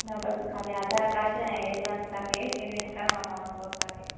न बस खाली आधार कार्ड ऐं एडवांस तव्हांखे पेमेंट करणो पवंदो तव्हांखे